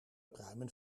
pruimen